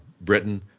Britain